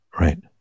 Right